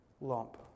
lump